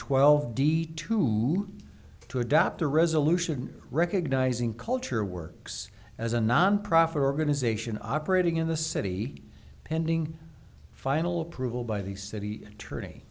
twelve d two to adopt a resolution recognizing culture works as a nonprofit organization operating in the city pending final approval by the city attorney